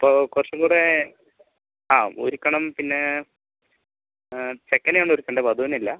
അപ്പൊൾ കുറച്ചുംകൂടെ കൂടെ ആ ഒരുക്കണം പിന്നേ ചെക്കനെ ആണ് ഒരുക്കണ്ടത് വധുവിനെ അല്ല